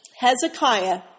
Hezekiah